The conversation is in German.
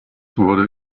wurde